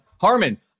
Harmon